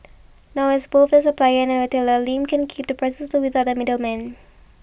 now as both the supplier and retailer Lim can keep the prices low without the middleman